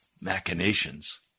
machinations